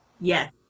Yes